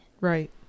right